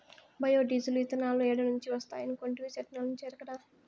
bio diesel, ఇతనాలు ఏడ నుంచి వస్తాయనుకొంటివి, సెట్టుల్నుంచే ఎరకనా